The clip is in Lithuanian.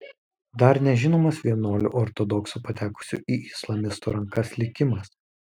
dar nežinomas vienuolių ortodoksių patekusių į islamistų rankas likimas